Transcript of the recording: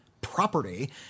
Property